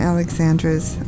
Alexandra's